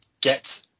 get